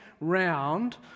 round